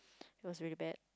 it was really bad